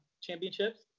championships